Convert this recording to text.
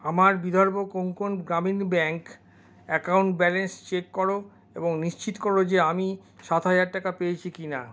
আমার Vidarbha Konkan Gramin bank account balance check করো এবং নিশ্চিত করো যে আমি সাত হাজার টাকা পেয়েছি কি না